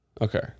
Okay